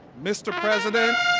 mr. president